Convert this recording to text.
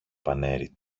πανέρι